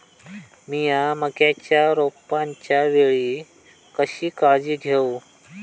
मीया मक्याच्या रोपाच्या वेळी कशी काळजी घेव?